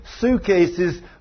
suitcases